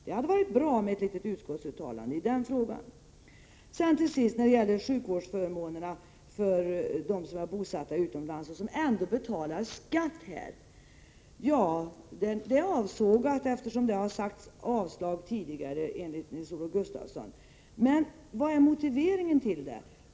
Det hade varit bra med ett litet utskottsuttalande i den frågan. Till sist, när det gäller sjukvårdsförmånerna för dem som är bosatta utomlands och som ändå betalar skatt här i landet: Detta har avslagits tidigare, säger Nils-Olof Gustafsson. Vilken är motiveringen till detta?